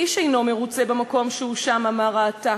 "איש אינו מרוצה במקום שהוא שם", אמר העתק.